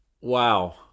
Wow